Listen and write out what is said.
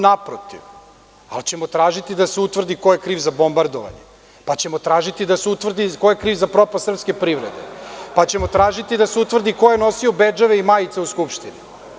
Naprotiv, ali ćemo tražiti da se utvrdi ko je kriv za bombardovanje, pa ćemo tražiti da se utvrdi ko je kriv za propast srpske privrede, pa da se utvrdi ko je nosio bedževe i majice u Skupštini.